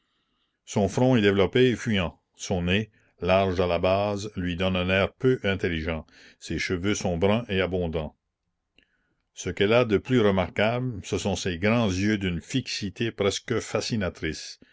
son front est développé et fuyant son nez large à la base lui donne un air peu intelligent ses cheveux sont bruns et abondants ce qu'elle a de plus remarquable ce sont ses grands yeux d'une fixité presque fascinatrice